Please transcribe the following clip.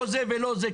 לא זה ולא זה?